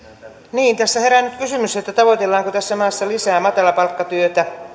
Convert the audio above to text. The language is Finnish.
niin tässä herää nyt kysymys tavoitellaanko tässä maassa lisää matalapalkkatyötä